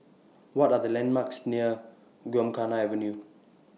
What Are The landmarks near Gymkhana Avenue